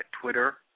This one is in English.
Twitter